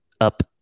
up